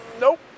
nope